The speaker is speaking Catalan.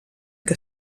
que